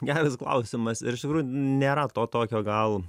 geras klausimas ir iš tikrųjų nėra to tokio gal